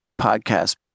podcast